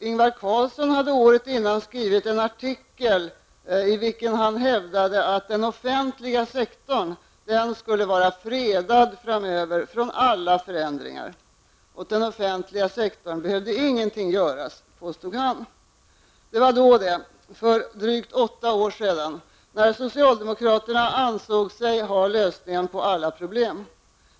Ingvar Carlsson hade året innan skrivit en artikel i vilken han hävdade att den offentliga sektorn framöver skulle vara fredad från alla förändringar. Åt den offentliga sektorn behövde inget göras, påstod han. Det var då det -- för drygt åtta år sedan -- när socialdemokraterna ansåg sig ha lösningen på alla problem.